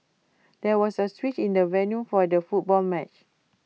there was A switch in the venue for the football match